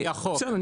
בסדר,